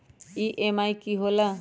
EMI की होला?